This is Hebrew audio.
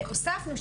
והוספנו,